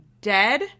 dead